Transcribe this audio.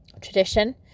tradition